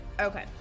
Okay